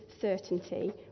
certainty